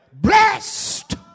Blessed